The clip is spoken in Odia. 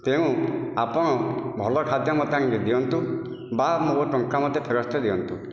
ତେଣୁ ଆପଣ ଭଲ ଖାଦ୍ୟ ମୋତେ ଆଣିକି ଦିଅନ୍ତୁ ବା ମୋର ଟଙ୍କା ମୋତେ ଫେରସ୍ତ ଦିଅନ୍ତୁ